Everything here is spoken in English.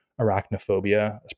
arachnophobia